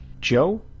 Joe